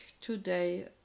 today